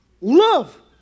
love